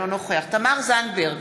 אינו נוכח תמר זנדברג,